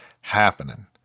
happening